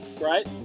right